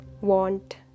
Want